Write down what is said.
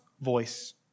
voice